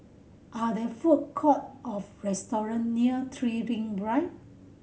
are there food court or restaurant near Three Ring Drive